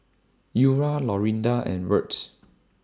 Eura Lorinda and Wirt